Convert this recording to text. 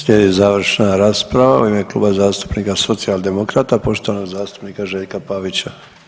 Slijedi završna rasprava u ime Kluba zastupnika Socijaldemokrata poštovanog zastupnika Željka Pavića.